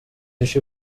així